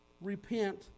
repent